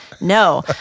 No